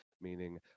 meaning